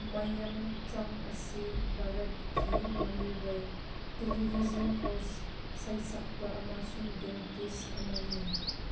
ꯃꯌꯥꯡ ꯆꯪ ꯑꯁꯤ ꯚꯥꯔꯠꯀꯤ ꯃꯃꯤꯔꯣꯏ ꯇꯦꯂꯤꯕꯤꯖꯟ ꯍꯣꯁ ꯁꯩꯁꯛꯄ ꯑꯃꯁꯨꯡ ꯗꯦꯟꯇꯤꯁ ꯑꯃꯅꯤ